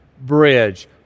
Bridge